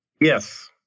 yes